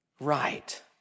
Right